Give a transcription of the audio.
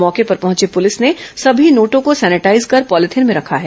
मौके पर पहची पलिस ने सभी नोटों को सैनिटाईज कर पॉलीथिन में रखा है